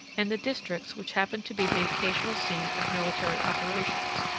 and the districts which happen to be the occasional scene of military operations.